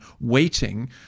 waiting